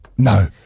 No